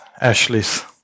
Ashley's